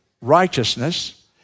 righteousness